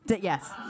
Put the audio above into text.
Yes